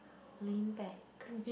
lean back